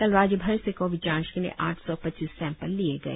कल राज्यभर से कोविड जांच के लिए आठ सौ पच्चीस सैंपल लिए गए